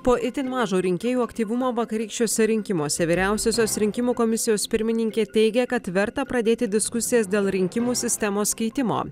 po itin mažo rinkėjų aktyvumo vakarykščiuose rinkimuose vyriausiosios rinkimų komisijos pirmininkė teigia kad verta pradėti diskusijas dėl rinkimų sistemos keitimo